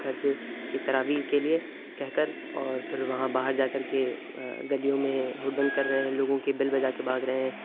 گھر سے کہ تراویح کے لیے کہہ کر اور پھر وہاں باہر جا کر کے گلیوں میں ہڑدنگ کر رہے ہیں لوگوں کے بل بجا کے بھاگ رہے ہیں